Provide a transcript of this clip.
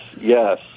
yes